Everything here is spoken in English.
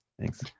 thanks